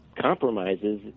compromises